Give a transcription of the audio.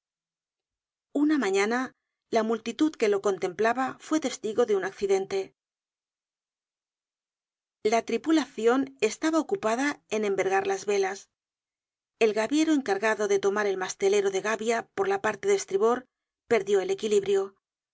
una mañana la multitud que lo contemplaba fue testigo de un accidente la tripulacion estaba ocupada en envergar las velas el gaviero encargado de tomar el mastelero de gavia por la parte de estribor perdió el equilibrio